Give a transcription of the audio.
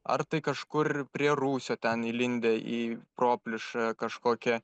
ar tai kažkur prie rūsio ten įlindę į proplyšą kažkokią